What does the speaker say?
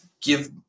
give